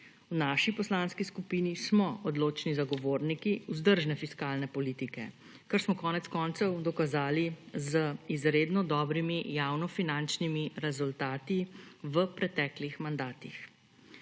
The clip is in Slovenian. V naši Poslanski skupini smo odločni zagovorniki vzdržne fiskalne politike, kar smo konec koncev dokazali z izredno dobrimi javnofinančnimi rezultati v preteklih mandatih.